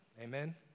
Amen